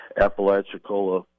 apalachicola